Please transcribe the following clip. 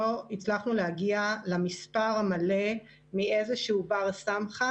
לא הצלחנו להגיע למספר המלא מאיזשהו בר סמכא